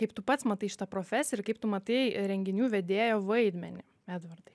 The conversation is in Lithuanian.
kaip tu pats matai šitą profesiją ir kaip tu matai renginių vedėjo vaidmenį edvardai